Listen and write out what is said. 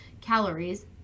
Calories